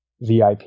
VIP